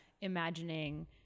imagining